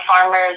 farmers